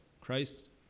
Christ